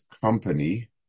company